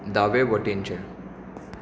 दावे वटेनचें